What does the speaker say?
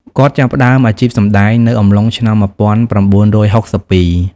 គាត់ចាប់ផ្ដើមអាជីពសម្ដែងនៅអំឡុងឆ្នាំ១៩៦២។